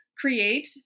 create